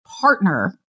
partner